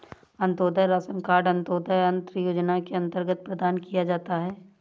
Antyodaya ration card Antyodaya Anna Yojana के अंतर्गत प्रदान किया जाता है